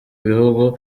bihugu